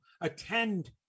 attend